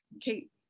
Kate